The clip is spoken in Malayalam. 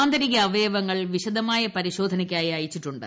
ആന്തരിക അവയവങ്ങൾ വിശഭമായ് പരിശോധനയ്ക്കായി അയച്ചിട്ടുണ്ട്